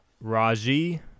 Raji